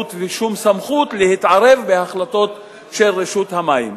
ושום סמכות להתערב בהחלטות של רשות המים.